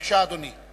בבקשה, אדוני.